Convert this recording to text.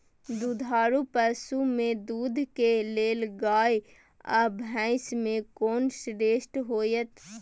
दुधारू पसु में दूध के लेल गाय आ भैंस में कोन श्रेष्ठ होयत?